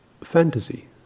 fantasy